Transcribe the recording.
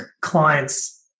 clients